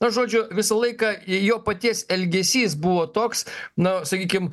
na žodžiu visą laiką į jo paties elgesys buvo toks nu sakykim